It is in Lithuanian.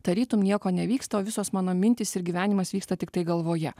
tarytum nieko nevyksta o visos mano mintys ir gyvenimas vyksta tiktai galvoje